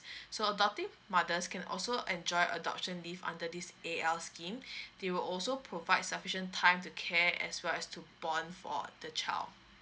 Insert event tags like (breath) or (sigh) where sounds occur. so adoptive mothers can also enjoy adoption leave under this A_L scheme (breath) they will also provide sufficient time to care as well as to born for the child